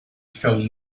film